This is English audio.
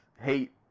hate